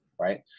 right